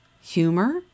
humor